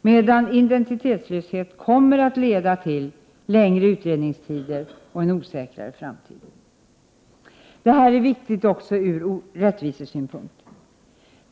medan identitetlöshet kommer att leda till längre utredningstider och en osäkrare framtid. Detta är viktigt också från rättvisesynpunkt.